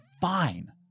fine